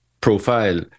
profile